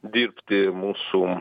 dirbti mūsų